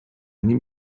nim